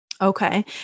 Okay